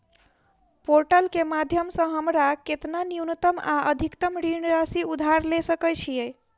Portal केँ माध्यम सऽ हमरा केतना न्यूनतम आ अधिकतम ऋण राशि उधार ले सकै छीयै?